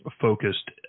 focused